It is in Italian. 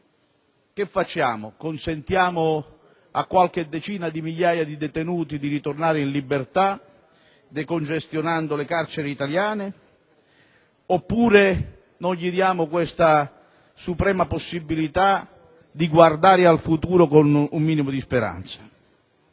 Che facciamo: consentiamo a qualche decina di migliaia di detenuti di ritornare in libertà, decongestionando le carceri italiane, oppure non diamo loro questa suprema possibilità di guardare al futuro con un minimo di speranza?